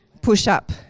push-up